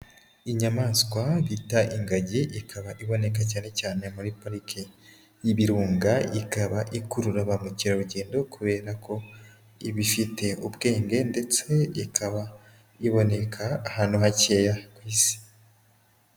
Inyamaswa bita ingagi, ikaba iboneka cyane cyane muri Pariki y'Ibirunga, ikaba ikurura bamukerarugendo, kubera ko iba ifite ubwenge ndetse ikaba iboneka ahantu hakeya ku isi.